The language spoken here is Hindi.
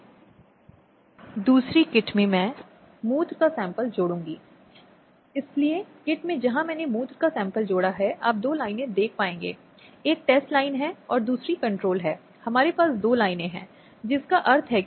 हम अगले कुछ अपराधों पर गौर करते हैं जिन्हें देश के आपराधिक कानून में रखा गया है जिसे हम भारतीय दंड संहिता IPC1860 कहते हैं